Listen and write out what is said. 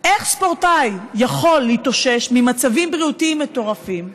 לאיך ספורטאי יכול להתאושש ממצבים בריאותיים מטורפים,